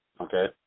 Okay